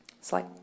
Slide